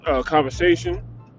conversation